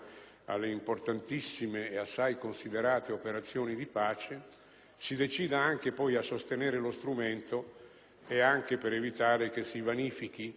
alle importantissime e assai considerate operazioni di pace, si decidano poi anche a sostenere lo strumento, anche per evitare che si vanifichino,